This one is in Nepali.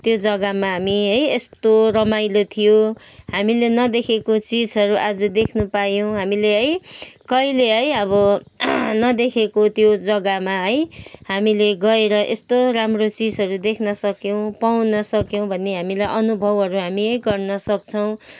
त्यो जग्गामा हामी है यस्तो रमाइलो थियो हामीले नदेखेको चिजहरू आज देख्न पायौँ हामीले है कहिले है अब नदेखेको त्यो जग्गामा है हामीले गएर यस्तो राम्रो चिजहरू देख्नसक्यौँ पाउनसक्यौँ भन्ने हामीलाई अनुभवहरू हामी है गर्नसक्छौँ